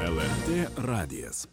lrt radijas